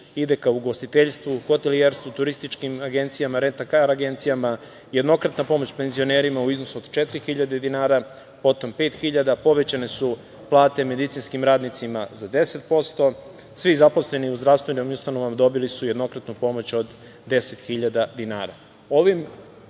ide ka ugostiteljstvu, hotelijerstvu, turističkim agencijama, rentakar agencijama, jednokratna pomoć penzionerima u iznosu od četiri hiljade dinara, potom pet hiljada. Povećane su plate medicinskim radnicima za 10%, svi zaposleni u zdravstvenim ustanovama dobili su jednokratnu pomoć od 10.000 dinara.